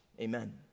Amen